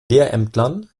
lehrämtlern